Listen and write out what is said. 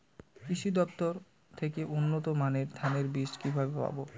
কৃষি দফতর থেকে উন্নত মানের ধানের বীজ কিভাবে পাব?